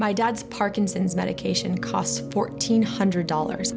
my dad's parkinson's medication costs fourteen hundred dollars